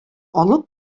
алып